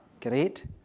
Great